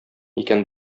икән